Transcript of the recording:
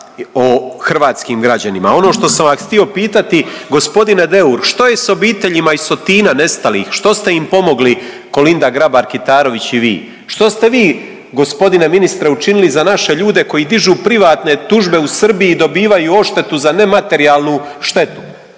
o hrvatskim građanima. Ono što sam vas htio pitati, gospodine Deur što je s obiteljima iz Sotina nestalih, što ste im pomogli Kolinda Grabar Kitarović i vi? Što ste vi gospodine ministre učinili za naše ljude koji dižu privatne tužbe u Srbiji i dobivaju odštetu za nematerijalnu štetu?